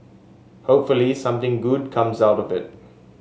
hopefully something good comes out of it